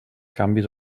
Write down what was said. canvis